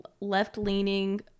left-leaning